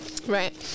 Right